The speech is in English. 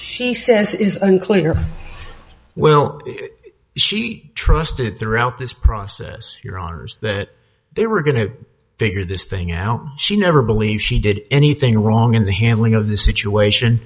she says it is unclear well she trusted throughout this process your honour's that they were going to figure this thing out she never believed she did anything wrong in the handling of the situation